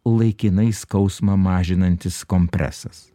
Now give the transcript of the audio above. laikinai skausmą mažinantis kompresas